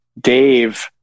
Dave